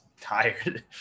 tired